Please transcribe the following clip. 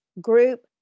Group